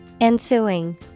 Ensuing